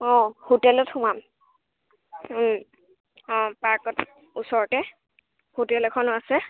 অঁ হোটেলত সোমাম অঁ পাৰ্কৰ ওচৰতে হোটেল এখনো আছে